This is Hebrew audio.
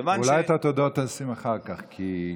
אולי את התודות תשים אחר כך, כי מאוחר.